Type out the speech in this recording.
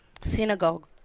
synagogue